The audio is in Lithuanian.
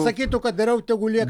sakytų kad geriau tegu lieka